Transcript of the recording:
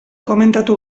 komentatu